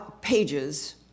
pages